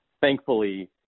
Thankfully